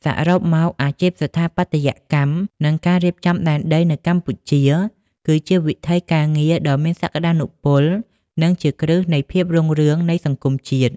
សរុបមក អាជីពស្ថាបត្យកម្ម និងការរៀបចំដែនដីនៅកម្ពុជា គឺជាវិថីការងារដ៏មានសក្ដានុពល និងជាគ្រឹះនៃភាពរុងរឿងនៃសង្គមជាតិ។